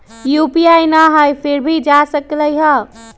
UPI न हई फिर भी जा सकलई ह?